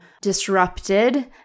disrupted